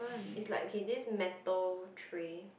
is like okay this metal tray